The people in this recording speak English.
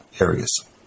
areas